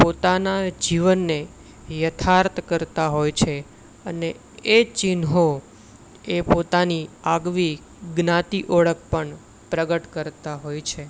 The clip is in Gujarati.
પોતાનાં જીવનને યથાર્થ કરતાં હોય છે અને એ ચિહ્નો એ પોતાની આગવી જ્ઞાતિ ઓળખ પણ પ્રગટ કરતાં હોય છે